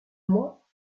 moi